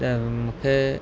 त मूंखे